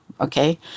okay